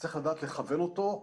צריך לדעת לכוון אותו.